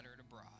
abroad